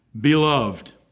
Beloved